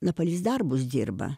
napalys darbus dirba